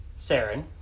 Saren